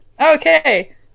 Okay